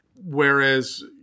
whereas